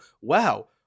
wow